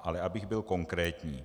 Ale abych byl konkrétní.